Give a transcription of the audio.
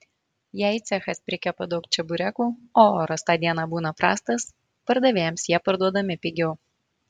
jei cechas prikepa daug čeburekų o oras tą dieną būna prastas pardavėjams jie parduodami pigiau